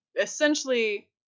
essentially